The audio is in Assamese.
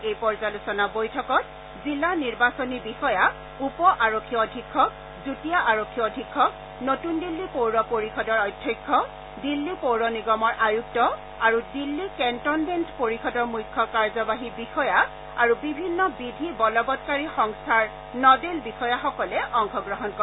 এই পৰ্যালোচনা বৈঠকত জিলা নিৰ্বাচনী বিষয়া উপ আৰক্ষী অধীক্ষক যুটীয়া আৰক্ষী অধীক্ষক নতুন দিল্লী পৌৰ পৰিযদৰ অধ্যক্ষ দিল্লী পৌৰ নিগমৰ আয়ুক্ত আৰু দিল্লী কেন্টনমেন্ট পৰিযদৰ মুখ্য কাৰ্যবাহী বিষয়া আৰু বিভিন্ন বিধি বলবৎকাৰী সংস্থাৰ নডেল বিষয়াসকলে অংশগ্ৰহণ কৰে